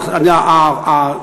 איך?